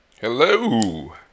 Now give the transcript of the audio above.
hello